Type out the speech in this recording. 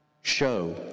Show